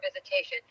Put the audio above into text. visitation